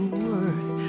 worth